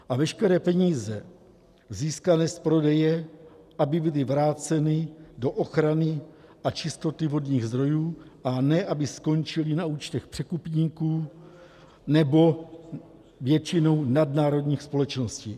A veškeré peníze získané z prodeje, aby byly vráceny do ochrany a čistoty vodních zdrojů, a ne aby skončily na účtech překupníků nebo většinou nadnárodních společností.